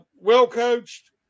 well-coached